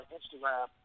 Instagram